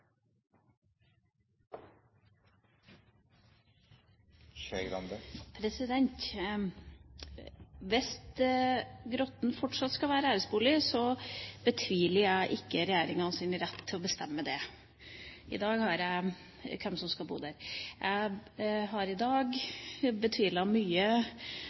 Hvis Grotten fortsatt skal være æresbolig, betviler jeg ikke regjeringas rett til å bestemme hvem som skal bo der. Jeg har i dag betvilt mye